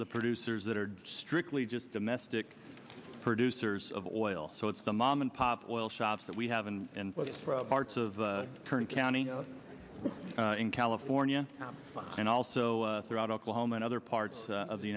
the producers that are strictly just domestic producers of oil so it's the mom and pop oil shops that we have and what parts of kern county in california and also throughout oklahoma and other parts of the